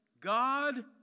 God